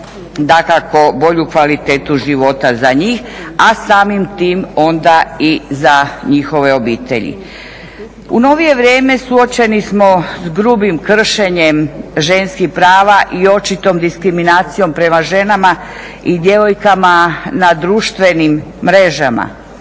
dakako bolju kvalitetu života za njih a samim time onda i za njihove obitelji. U novije vrijeme suočeni smo s grubim kršenjem ženskih prava i očitom diskriminacijom prema ženama i djevojkama na društvenim mrežama,